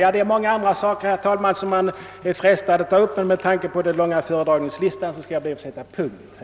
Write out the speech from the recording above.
Mycket mer vore att tillägga i dessa frågor, herr talman, men med hänsyn till att föredragningslistan är lång nöjer jag mig med att sätta punkt här.